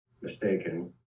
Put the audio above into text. mistaken